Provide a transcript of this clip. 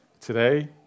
today